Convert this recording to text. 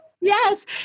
Yes